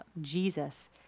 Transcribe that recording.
Jesus